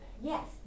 Yes